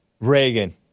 Reagan